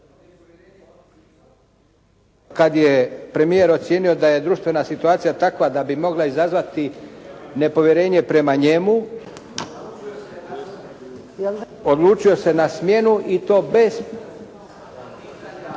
kad je premijer ocijenio da je društvena situacija takva da bi mogla izazvati nepovjerenje prema njemu odlučio se na smjenu i to bez